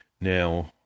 now